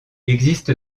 existe